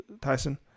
Tyson